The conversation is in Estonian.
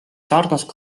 sarnaselt